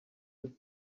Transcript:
you